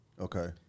Okay